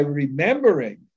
remembering